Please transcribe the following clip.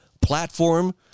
platform